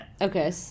Okay